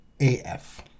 AF